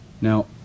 Now